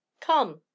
come